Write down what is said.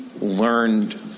learned